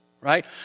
right